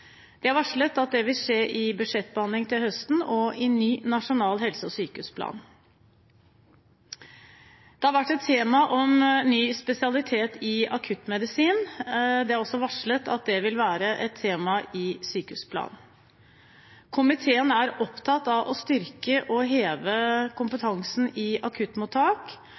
De har varslet at det vil skje i budsjettbehandlingen til høsten og i ny nasjonal helse- og sykehusplan. Ny spesialitet i akuttmedisin har vært et tema. Det er også varslet at det vil være et tema i sykehusplanen. Komiteen er opptatt av å styrke og heve kompetansen i akuttmottak,